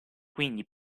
quindi